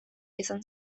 izan